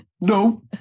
No